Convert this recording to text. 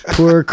Poor